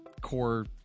core